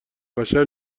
بشر